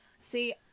See